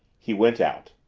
he went out.